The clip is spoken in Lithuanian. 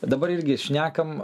dabar irgi šnekam